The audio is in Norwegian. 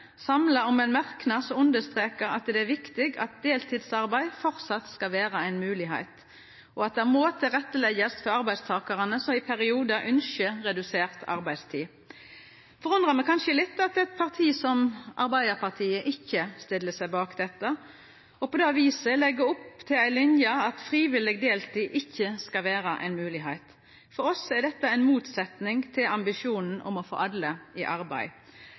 samla om ein merknad som understrekar at det er viktig at deltidsarbeid framleis skal vera ei moglegheit, og at det må leggjast til rette for arbeidstakarar som i periodar ynskjer redusert arbeidstid. Det forundrar meg kanskje litt at eit parti som Arbeidarpartiet ikkje stiller seg bak dette og på det viset legg opp til ei linje der frivillig deltid ikkje skal vera ei moglegheit. For oss står dette i motsetning til ambisjonen om å få alle i arbeid.